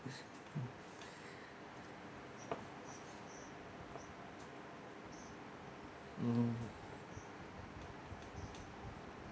mm